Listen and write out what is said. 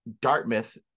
Dartmouth